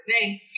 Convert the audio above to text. name